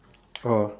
oh